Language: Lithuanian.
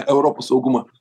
europos saugumą